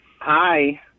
Hi